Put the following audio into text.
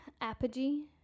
Apogee